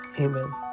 Amen